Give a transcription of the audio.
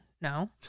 no